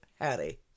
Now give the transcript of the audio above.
hattie